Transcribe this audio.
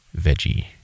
veggie